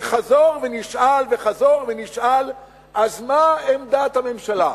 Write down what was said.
וחזרה ונשאלה השאלה: אז מה עמדת הממשלה?